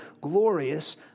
glorious